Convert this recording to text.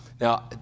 Now